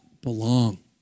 belong